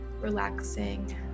relaxing